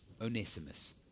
Onesimus